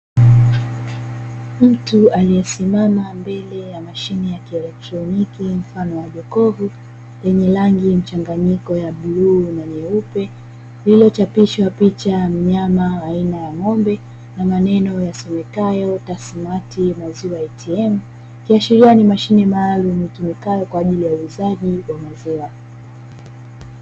Mtu aliyesimama mbele ya mashine ya kielektroniki mfano wa jokofu yenye rangi mchanganyiko wa bluu na nyeupe, lililochapishwa picha ya mnyama wa aina ya ng'ombe na maneno yasomekayo "Tasmati" na "Maziwa ATM" ikiashiria ni mashine maalum itumikayo kwa ajili ya uuzaji wa maziwa.